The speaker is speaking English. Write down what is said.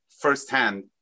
firsthand